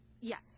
Yes